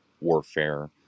warfare